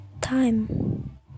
time